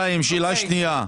שאלה שנייה.